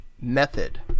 method